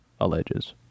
alleges